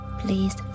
please